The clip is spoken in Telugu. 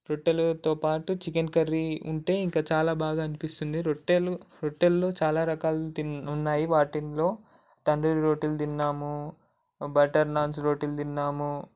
రొట్టెలతో పాటు చికెన్ కర్రీ ఉంటే ఇంకా చాలా బాగా అనిపిస్తుంది రొట్టెలు రొట్టెలలో చాలా రకాలు ఉన్నాయి వాటిలో తందూరి రొట్టెలు తిన్నాము బట్టర్ నాన్స్ రొట్టెలు తిన్నాము